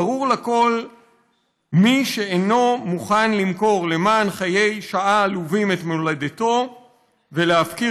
"ברור לכל מי שאינו מוכן למכור למען חיי שעה עלובים את מולדתו ולהפקיר,